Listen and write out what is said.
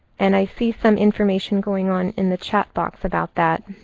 and i see some information going on in the chat box about that.